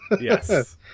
Yes